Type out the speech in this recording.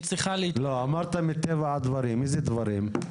אמרת מטבע הדברים, איזה דברים?